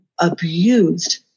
abused